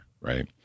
Right